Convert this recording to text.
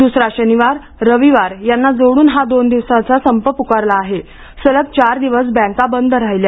दुसरा शनिवार रविवार यांना जोडून हा दोन दिवसांचा संप पुकारला आहे सलग चार दिवस बँका बंद राहिल्या